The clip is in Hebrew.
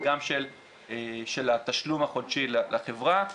וגם של התשלום החודשי לחברה,